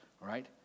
right